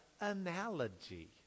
analogy